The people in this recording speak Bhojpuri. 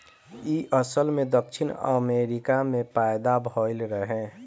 इ असल में दक्षिण अमेरिका में पैदा भइल रहे